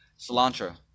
cilantro